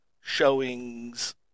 showings